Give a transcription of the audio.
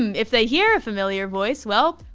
if they hear a familiar voice, well,